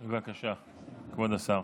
בבקשה, כבוד השר.